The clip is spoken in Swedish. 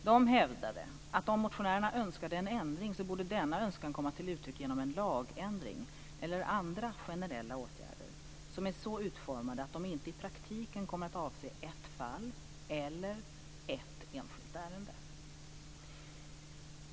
De hävdade att om motionärerna önskade en ändring, borde denna önskan komma till uttryck genom en lagändring eller andra generella åtgärder, som är så utformade att de inte i praktiken kommer att avse ett fall eller ett enskilt ärende.